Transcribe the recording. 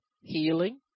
healing